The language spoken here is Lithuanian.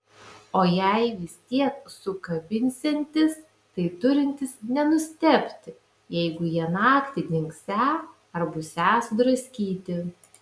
o jei vis tiek sukabinsiantis tai turintis nenustebti jeigu jie naktį dingsią ar būsią sudraskyti